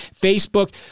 Facebook